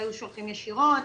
והיו שולחים ישירות.